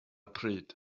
pryd